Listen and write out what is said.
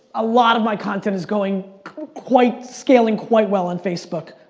a lot of my content is going quite, scaling quite well on facebook,